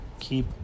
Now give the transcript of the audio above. keep